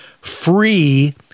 free